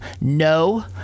no